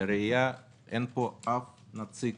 לראיה, אין פה אף נציג